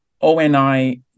O-N-I –